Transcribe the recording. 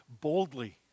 boldly